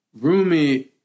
Rumi